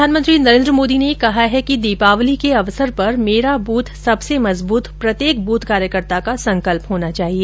प्रधानमंत्री नरेन्द्र मोदी ने कहा है कि दीपावली के अवसर पर मेरा बूथ सबसे मजबूत प्रत्येक ब्थ कार्यकर्ता का संकल्प होना चाहिए